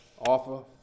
offer